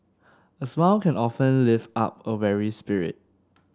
a smile can often lift up a weary spirit